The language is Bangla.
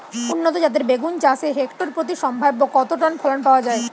উন্নত জাতের বেগুন চাষে হেক্টর প্রতি সম্ভাব্য কত টন ফলন পাওয়া যায়?